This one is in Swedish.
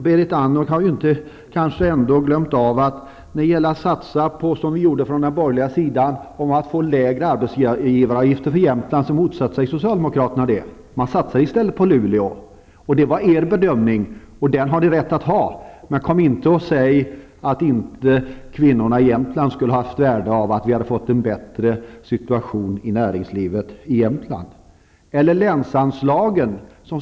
Berit Andnor har väl ändå inte glömt att socialdemokraterna, när vi från den borgerliga sidan kämpade för att få lägre arbetsgivaravgifter i Jämtland, motsatte sig det? De satsade i stället på Luleå. Det var er bedömning, vilken ni har rätt att ha. Men kom inte och säg att det inte skulle ha varit till hjälp för kvinnorna i Jämtland med en bättre situation i näringslivet i Jämtland.